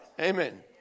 Amen